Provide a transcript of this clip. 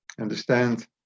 understand